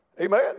Amen